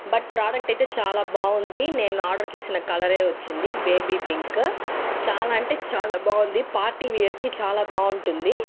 but product అయితే చాలా బాగుంది నేను ఆర్డర్ చేసిన కలరే వచ్చింది బేబీ పింక్ చాలా అంటే చాలా బాగుంది పార్టీవేర్కి చాలా బాగుంటుంది